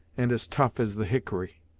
and as tough as the hickory.